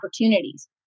opportunities